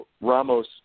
Ramos